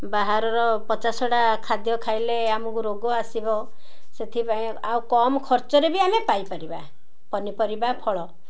ବାହାରର ପଚାସଢ଼ା ଖାଦ୍ୟ ଖାଇଲେ ଆମକୁ ରୋଗ ଆସିବ ସେଥିପାଇଁ ଆଉ କମ ଖର୍ଚ୍ଚରେ ବି ଆମେ ପାଇପାରିବା ପନିପରିବା ଫଳ